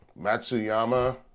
Matsuyama